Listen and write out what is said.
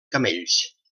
camells